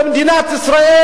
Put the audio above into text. במדינת ישראל,